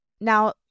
Now